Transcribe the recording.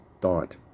thought